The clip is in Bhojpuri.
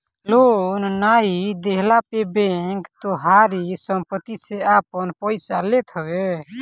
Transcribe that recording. लोन नाइ देहला पे बैंक तोहारी सम्पत्ति से आपन पईसा लेत हवे